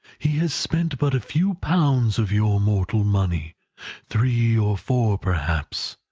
he has spent but a few pounds of your mortal money three or four perhaps.